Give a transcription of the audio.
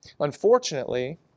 Unfortunately